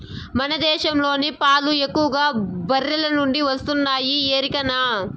మన దేశంలోని పాలు ఎక్కువగా బర్రెల నుండే వస్తున్నాయి ఎరికనా